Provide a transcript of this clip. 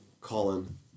Colin